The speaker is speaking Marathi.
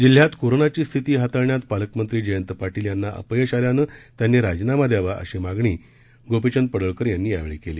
जिल्ह्यात कोरोनाची स्थिती हाताळण्यात पालकमंत्री जयंत पाटील यांना अपयश आल्यानं त्यांनी राजीनामा द्यावा अशी मागणी आमदार गोपीचंद पडळकर यांनी यावेळी केली